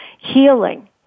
healing